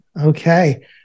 okay